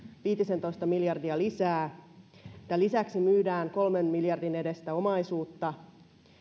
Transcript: viitisentoista miljardia lisää tämän lisäksi myydään kolmen miljardin edestä omaisuutta